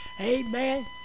Amen